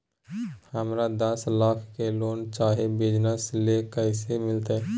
हमरा दस लाख के लोन चाही बिजनस ले, कैसे मिलते?